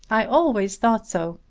i always thought so.